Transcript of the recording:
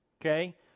okay